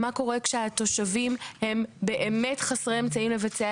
מה עושים כשהתושבים הם באמת חסרי אמצעים לתיקון